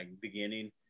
beginning